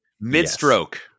mid-stroke